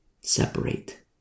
separate